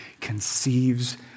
conceives